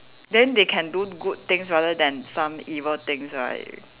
then they can do good things rather than some evil things right